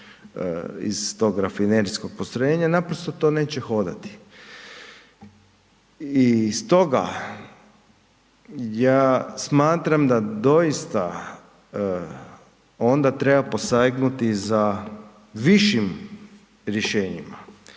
iz tog rafinerijskog postrojenja naprosto to neće hodati. I stoga ja smatram da doista onda treba posegnuti za višim rješenjima.